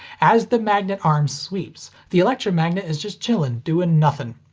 as the magnet arm sweeps, the electromagnet is just chillin' doing nothin'.